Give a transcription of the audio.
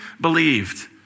believed